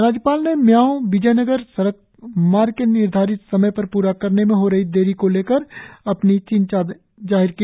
राज्यपाल ने मियाओ विडयनगर सड़क मार्ग के निर्धारित समय पर प्रा करने में हो रही देकी को लेकर अपनी चिंता जाहिर की